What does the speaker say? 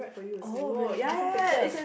oh really different pictures